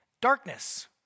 Darkness